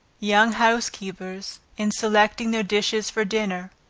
young housekeepers in selecting their dishes for dinner,